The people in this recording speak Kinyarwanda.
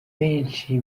benshi